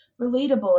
relatable